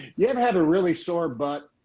yeah had a really sore butt,